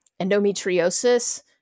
endometriosis